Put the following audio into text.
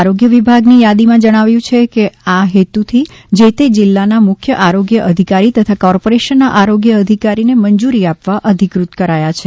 આરોગ્ય વિભાગની યાદીમાં જણાવ્યું છે કે આ હેતુથી જે તે જિલ્લાના મુખ્ય આરોગ્ય અધિકારી તથા કોર્પોરેશનના આરોગ્ય અધિકારીને મંજુરી આપવા અધિકૃત કરાયા છે